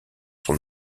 son